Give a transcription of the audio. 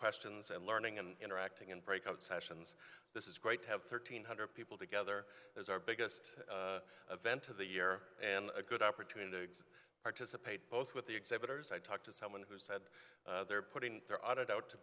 questions and learning and interacting in breakout sessions this is great to have thirteen hundred people together is our biggest event of the year and a good opportunity to participate both with the exhibitors i talked to someone who said they're putting their audit out to